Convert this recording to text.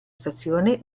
stazione